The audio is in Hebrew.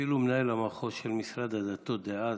אפילו מנהל המחוז של משרד הדתות דאז,